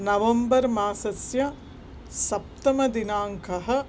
नवम्बर् मासस्य सप्तमदिनाङ्कः